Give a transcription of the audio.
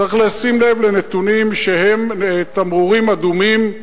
צריך לשים לב לנתונים, שהם תמרורים אדומים.